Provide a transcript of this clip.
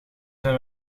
zijn